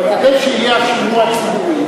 אבל כדי שיהיה השימוע הציבורי,